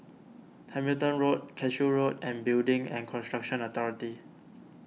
Hamilton Road Cashew Road and Building and Construction Authority